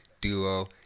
Duo